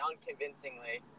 unconvincingly